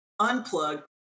unplug